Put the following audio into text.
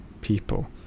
people